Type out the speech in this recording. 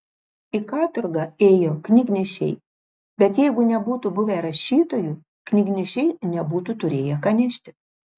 į katorgą ėjo knygnešiai bet jeigu nebūtų buvę rašytojų knygnešiai nebūtų turėję ką nešti